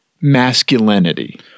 masculinity